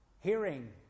hearing